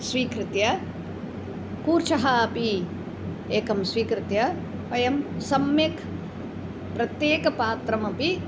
स्वीकृत्य कूर्चः अपि एकं स्वीकृत्य वयं सम्यक् प्रत्येकं पात्रमपि